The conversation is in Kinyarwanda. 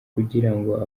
kugirango